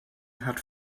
hat